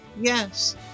Yes